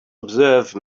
observe